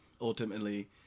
ultimately